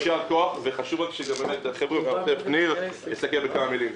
יישר כוח וחשוב שגם ניר יסכם בכמה מילים.